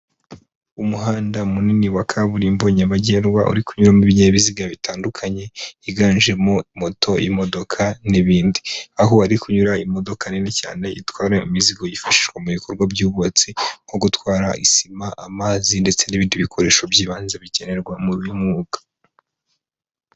Umuhanda munini wa kaburimbo nyabagendwa uri kunyumo ibinyabiziga bitandukanye higanjemo moto, imodoka n'ibindi, aho ari kunyura imodoka nini cyane itwara imizigo yifashishwa mu bikorwa by'batsi, nko gutwara isima, amazi ndetse n'ibindi bikoresho by'ibanze bikenerwa muri uyu mwuga.